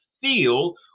feel